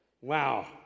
Wow